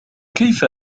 كيف